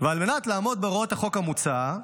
ועל מנת לעמוד בהוראות החוק המוצע,